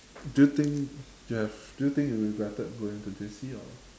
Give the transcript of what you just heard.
do you think you have do you think you regretted going to J_C or